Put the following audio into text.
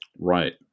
Right